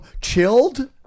chilled